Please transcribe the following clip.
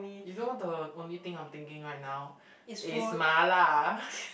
you know the only thing I'm thinking right now is mala